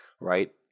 right